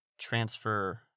transfer